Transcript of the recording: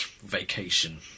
Vacation